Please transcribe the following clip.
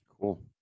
Cool